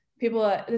people